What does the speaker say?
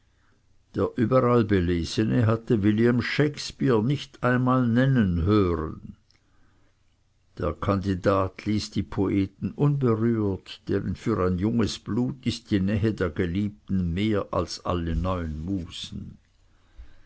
der überall belesene hatte william shakespeare nicht einmal nennen hören der kandidat ließ die poeten unberührt denn für ein junges blut ist die nähe der geliebten mehr als alle neun musen